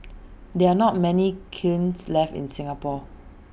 there are not many kilns left in Singapore